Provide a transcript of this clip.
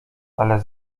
ale